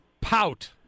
pout